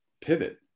pivot